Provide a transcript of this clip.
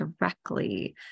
directly